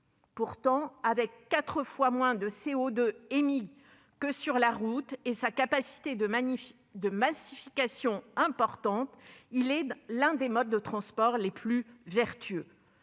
Pourtant, avec quatre fois moins de CO2émis que la route et sa capacité de massification importante, le fluvial est l'un des modes de transport les plus vertueux.